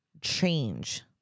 change